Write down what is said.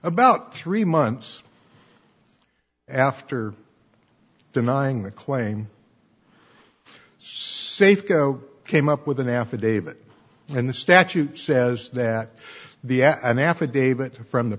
about three months after denying the claim safeco came up with an affidavit and the statute says that the an affidavit from the